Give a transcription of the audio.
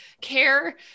care